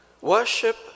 Worship